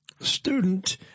student